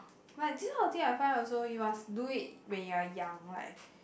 but this kind of thing I find out also you must do it when you are young right